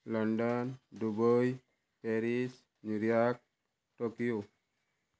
London Dubai Paris New York Tokyo